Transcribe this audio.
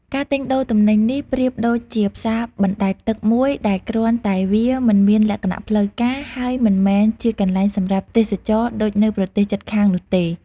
ការទិញដូរទំនិញនេះប្រៀបដូចជាផ្សារបណ្ដែតទឹកមួយដែរ គ្រាន់តែវាមិនមានលក្ខណៈផ្លូវការ ហើយមិនមែនជាកន្លែងសម្រាប់ទេសចរណ៍ដូចនៅប្រទេសជិតខាងនោះទេ។